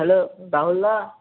hello Rahul the